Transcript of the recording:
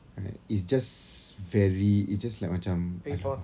right it's just very it just like macam !alah!